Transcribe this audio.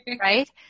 right